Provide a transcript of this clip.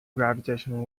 gravitational